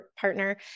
partner